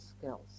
skills